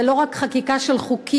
זה לא רק חקיקה של חוקים,